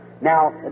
now